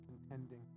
contending